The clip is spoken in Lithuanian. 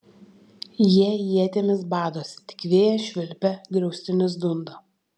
jie ietimis badosi tik vėjas švilpia griaustinis dunda